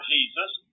Jesus